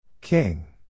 King